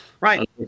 Right